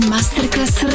Masterclass